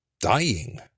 dying